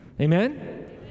Amen